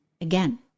again